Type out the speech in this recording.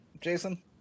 Jason